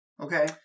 okay